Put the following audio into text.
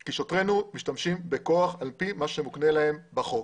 כי שוטרינו משתמשים בכוח על פי מה שמוקנה להם בחוק.